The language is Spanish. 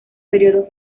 periodos